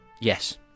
Yes